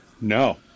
no